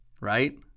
Right